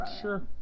Sure